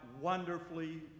wonderfully